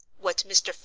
what mr.